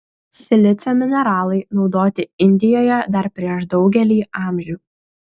silicio mineralai naudoti indijoje dar prieš daugelį amžių